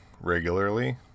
regularly